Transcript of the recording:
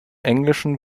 englischen